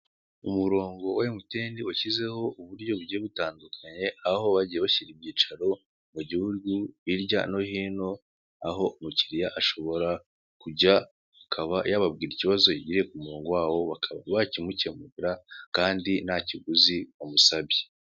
Umurongo wa emutiyeni washyizeho uburyo bugiye butandukanye aho bagiye bashyira ibyicaro mu gihugu hirya no hino, aho umukiriya ashobora kujya akaba yababwira ikibazo yagiriye ku murongo wabo, bakaba bakimukemurira kandi ntakiguzi bamusabye.